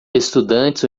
estudantes